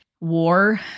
War